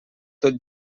tot